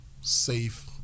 safe